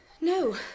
No